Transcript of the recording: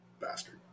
Bastard